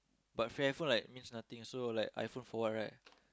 but free iPhone like means nothing so I like iPhone for what right